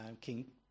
King